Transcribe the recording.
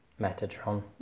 Metatron